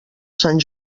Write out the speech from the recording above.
sant